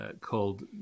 called